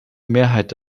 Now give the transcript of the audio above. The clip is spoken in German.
mehrheit